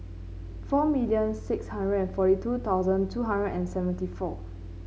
four million six hundred and forty two thousand two hundred and seventy four